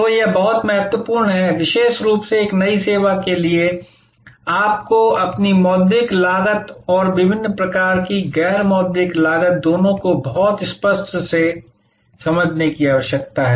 तो यह बहुत महत्वपूर्ण है विशेष रूप से एक नई सेवा के लिए आपको अपनी मौद्रिक लागत और विभिन्न प्रकार की गैर मौद्रिक लागत दोनों को बहुत स्पष्ट रूप से समझने की आवश्यकता है